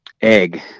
egg